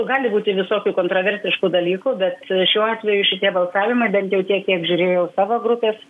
gali būti visokių kontraversiškų dalykų bet šiuo atveju šitie balsavimai bent jau tiek kiek žiūrėjau savo grupės